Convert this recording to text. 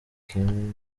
kim